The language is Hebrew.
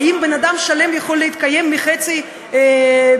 האם בן-אדם שלם יכול להתקיים מחצי משכורת?